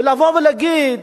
ולבוא ולהגיד: